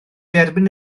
derbyn